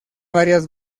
varias